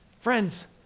Friends